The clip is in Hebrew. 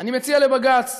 אני מציע לבג"ץ